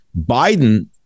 Biden